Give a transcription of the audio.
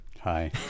Hi